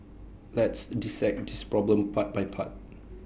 let's dissect this problem part by part